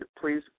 please